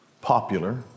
popular